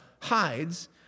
hides